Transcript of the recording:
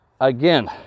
Again